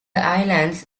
islands